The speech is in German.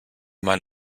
mein